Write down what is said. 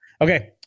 okay